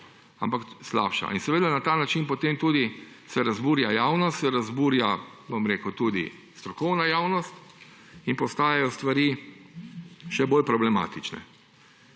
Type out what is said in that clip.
ampak slabša. In na ta način se potem tudi razburja javnost, se razburja tudi strokovna javnost in postajajo stvari še bolj problematične.